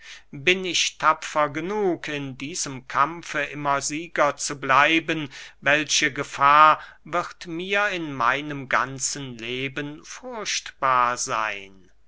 bin ich tapfer genug in diesem kampfe immer sieger zu bleiben welche gefahr wird mir in meinem ganzen leben furchtbar seyn